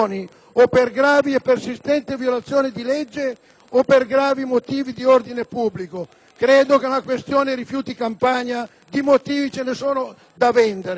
o per gravi e persistenti violazioni di legge o per gravi motivi di ordine pubblico». Credo che nella vicenda dei rifiuti in Campania di motivi ce ne sono da vendere.